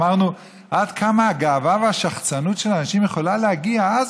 אמרנו: עד כמה הגאווה והשחצנות של אנשים יכולה להגיע?